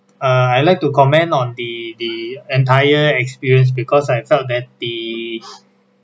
err I like to comment on the the entire experience because I felt that the